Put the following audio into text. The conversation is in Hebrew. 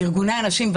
וארגוני הנשים,